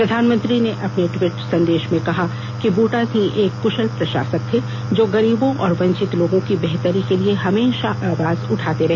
प्रधानमंत्री ने अपने टवीट संदेश में कहा कि बूटा सिंह एक कुशल प्रशासक थे जो गरीबों और वंचित लोगों की बेहतरी के लिए हमेशा आवाज उठाते रहे